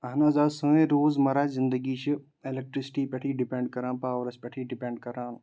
اہن حظ آ سٲنۍ روزمَرہ زِنٛدگی چھِ اِلیٚکٹرکسِٹی پٮ۪ٹھٕے ڈٕپیٚنڑ کران پاورس پٮ۪ٹھ ڈِپیٚنڑ کران